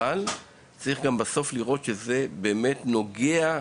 אבל בסוף צריך לראות שזה באמת נוגע.